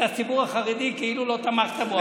הציבור החרדי כאילו לא תמכת בו אף פעם.